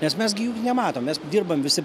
nes mes gi jų nematom mes dirbam visi